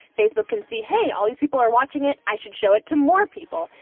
facebook can see, hey, all these people are watching it, i should show it to more people,